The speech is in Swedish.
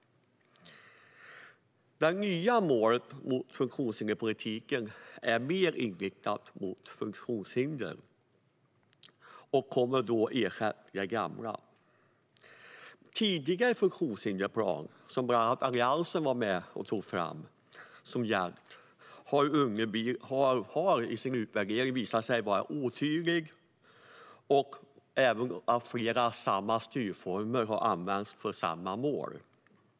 Det nya målet för funktionshinderspolitiken är mer inriktat mot funktionshinder och kommer att ersätta det gamla. Den tidigare funktionshindersplan som gällt och som bland andra Alliansen var med och tog fram har vid utvärdering visat sig vara otydlig, och flera styrformer har använts för samma mål.